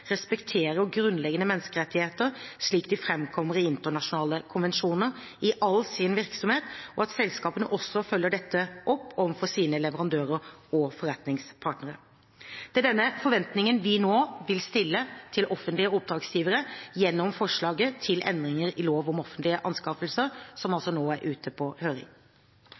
grunnleggende menneskerettigheter, slik de framkommer i internasjonale konvensjoner, i all sin virksomhet, og at selskapene også følger dette opp overfor sine leverandører og forretningspartnere. Det er denne forventningen vi nå vil stille til offentlige oppdragsgivere gjennom forslaget til endring i lov om offentlige anskaffelser, som nå er ute på høring.